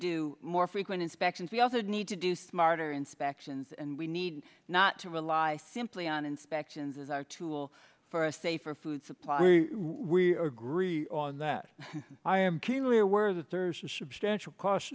do more frequent inspections we also need to do smarter inspections and we need not to rely simply on inspections as our tool for a safer food supply we agree on that i am keenly aware that there is a substantial cost